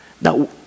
Now